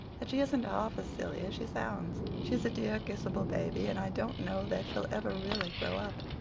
that she isn't half as silly as she sounds. she's a dear, kissable baby and i don't know that she'll ever really grow up.